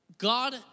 God